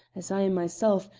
as i am myself,